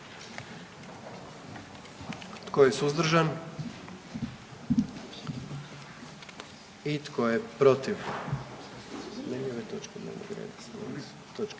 Tko je suzdržan? Tko je protiv?